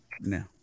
No